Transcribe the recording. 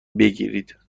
بگیرید